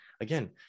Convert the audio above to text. again